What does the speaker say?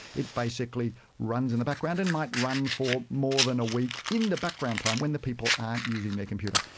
it basically runs in the background and might run for more than a week, in the background time, when the people aren't using their computer.